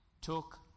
took